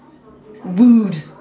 Rude